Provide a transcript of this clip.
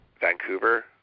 Vancouver